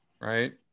right